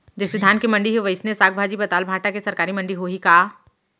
जइसे धान के मंडी हे, वइसने साग, भाजी, पताल, भाटा के सरकारी मंडी होही का?